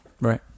Right